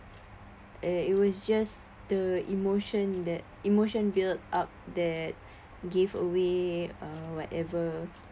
eh it was just the emotion that emotion build up that gave away uh whatever